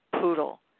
poodle